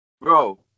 bro